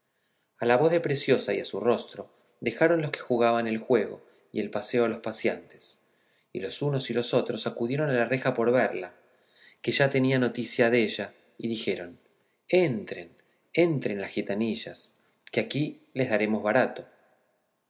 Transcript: a la voz de preciosa y a su rostro dejaron los que jugaban el juego y el paseo los paseantes y los unos y los otros acudieron a la reja por verla que ya tenían noticia della y dijeron entren entren las gitanillas que aquí les daremos barato